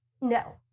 no